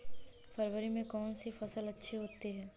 फरवरी में कौन सी फ़सल अच्छी होती है?